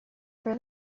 for